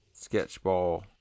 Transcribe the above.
sketchball